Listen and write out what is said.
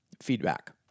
feedback